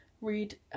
read